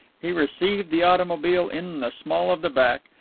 he received the automobile in the small of the back,